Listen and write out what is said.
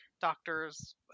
doctor's